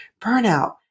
burnout